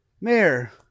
mayor